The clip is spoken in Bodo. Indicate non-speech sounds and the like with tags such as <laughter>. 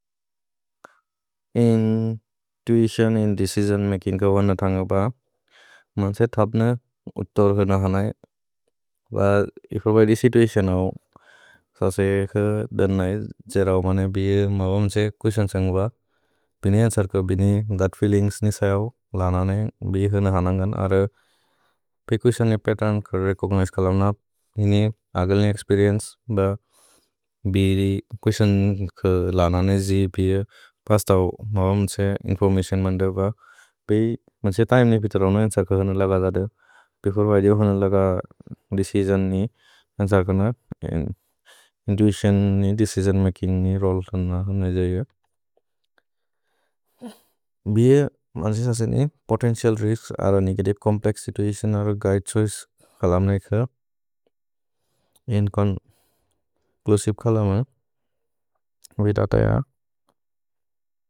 इन् तुइतिओन्, <hesitation> इन् देचिसिओन् मकिन्ग् क वन थन्ग ब, मन्से थप्न उतोर् हन हनै। <hesitation> If you are in this situation औ, <hesitation> ससे क दन् नै जेरौ मन्ने बिए मवम्से कुस्यन् सन्ग्ब। भिने अन्सर् क बिने थत् फीलिन्ग्स् नि सहौ लन ने, <hesitation> बिए हन हनन्गन्। <hesitation> अर पे कुस्यन् ने पत्तेर्न् क रेचोग्निजे कलम् न। भिने अगल् ने एक्स्पेरिएन्चे ब, <hesitation> बिदे कुस्यन् क लन ने जे, <hesitation> बिए पस्तौ मवम्से इन्फोर्मतिओन् मन्दे ब। <hesitation> पे मन्से तिमे ने पित रौन अन्सर् क हन लग लद। पे खुर्ब जो हन लग देचिसिओन् नि, अन्सर् कन इन्तुइतिओन् नि, <hesitation> देचिसिओन् मकिन्ग् नि रोले थन्ग हन जे। <hesitation> भिए मन्से ससे ने पोतेन्तिअल् रिस्क् अर नेगतिवे चोम्प्लेक्स् सितुअतिओन् अर गुइदे छोइचे कलम् ने क। <hesitation> एन्चोन्च्लुसिवे कलम् ह। विदातय।